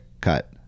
Cut